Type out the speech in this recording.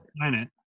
planet